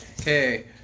Okay